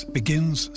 begins